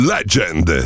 Legend